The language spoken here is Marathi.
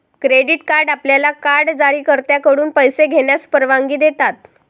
क्रेडिट कार्ड आपल्याला कार्ड जारीकर्त्याकडून पैसे घेण्यास परवानगी देतात